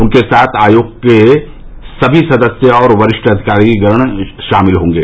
उनके साथ आयोग के सभी सदस्य और वरिष्ठ अधिकारीगण भी होंगे